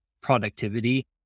productivity